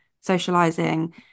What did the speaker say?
socializing